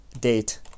date